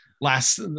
last